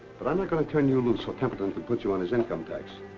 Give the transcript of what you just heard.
but i'm not going to turn you loose so templeton can put you on his income tax.